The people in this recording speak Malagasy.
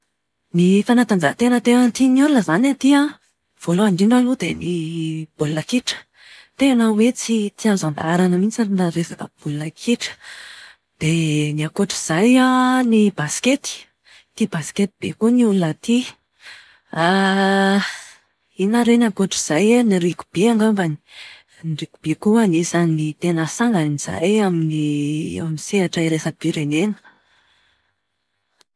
Ny fanatanjahantena tena tian'ny olona izany aty an, voalohany indrindra aloha dia ny baolina kitra. Tena hoe tsy- tsy azo andaharana mihitsiny raha resaka baolina kitra. Dia ny ankoatr'izay an, ny baskety. Tia baskety be koa ny olona aty. inona re ny ankoatr'izay e? Ny ringoby angamba. Ny ringoby koa anisan'ny tena sangany izahay eo amin'ny ny sehatra iraisam-pirenena.